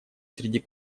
среди